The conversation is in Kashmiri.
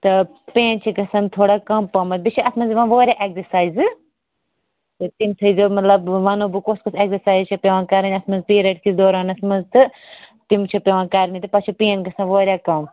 تہٕ پین چھِ گژھان تھوڑا کم پہمتھ بیٚیہِ چھِ اتھ منٛز یِوان واریاہ ایگزرسایزٕ تہِ تِم تھٲے زیو مطلب ؤنو بہٕ کۄس کۄس ایگزاسایز چھِ پیوان کرٕنۍ اتھ منٛز پیٖرڈ کِس دورانس منٛز تہٕ تِم چھِ پیوان کرنہِ پتہٕ چھِ پین گژھان واریاہ کم